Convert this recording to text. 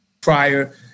prior